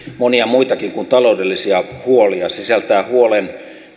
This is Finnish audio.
monia muitakin kuin taloudellisia huolia se sisältää huolen